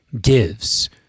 gives